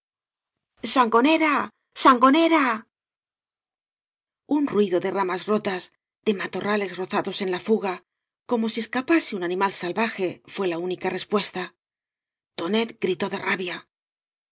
sangonera sangonera un ruido de ramas rotas de matorrales rozados en la fuga como si escapase un animal salva je fué la única respuesta tonet gritó de rabia